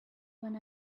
when